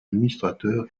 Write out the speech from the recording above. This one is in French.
administrateur